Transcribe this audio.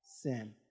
sin